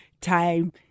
time